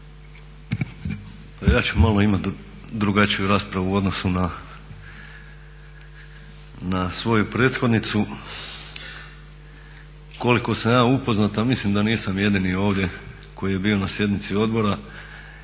Ja ću malo imat drugačiju raspravu u odnosu na svoju prethodnicu. Koliko sam ja upoznat, a mislim da nisam jedini ovdje koji je bio na sjednici odbora,